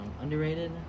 Underrated